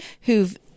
who've